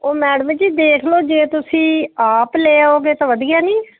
ਉਹ ਮੈਡਮ ਜੀ ਦੇਖ ਲਓ ਜੇ ਤੁਸੀਂ ਆਪ ਲੈ ਆਓਗੇ ਤਾਂ ਵਧੀਆ ਨਹੀਂ